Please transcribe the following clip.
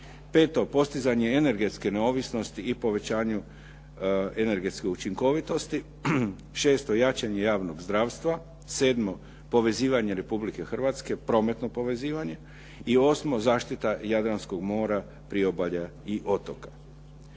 postizanje energetske neovisnosti i povećanje energetske učinkovitosti, šesto, jačanje javnog zdravstva, sedmo, povezivanje Republike Hrvatske, prometno povezivanje i osmo, zaštita Jadranskog mora, priobalja i otoka.